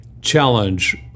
challenge